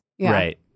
Right